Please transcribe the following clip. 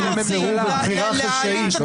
אתם תמיד רוצים להעלים את התמונה הכללית.